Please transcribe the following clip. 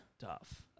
tough